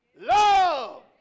love